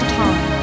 time